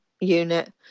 unit